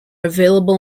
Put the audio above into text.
available